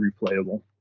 replayable